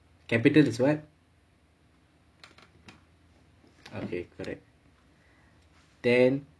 capital is what okay correct then